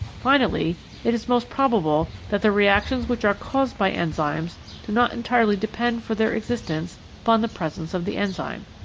finally, it is most probable that the reactions which are caused by enzymes do not entirely depend for their existence upon the presence of the enzyme.